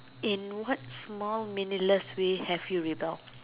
in what small meaningless way have you without